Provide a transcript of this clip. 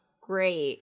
great